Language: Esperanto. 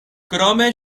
krome